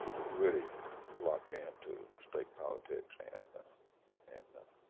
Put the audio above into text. really locked into state politics and and